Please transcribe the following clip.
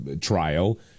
trial